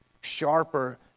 sharper